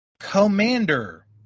Commander